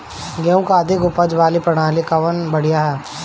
गेहूँ क अधिक ऊपज वाली प्रजाति कवन बढ़ियां ह?